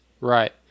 right